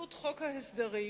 בחסות חוק ההסדרים